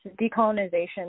decolonization